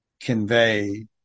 convey